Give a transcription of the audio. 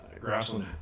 grassland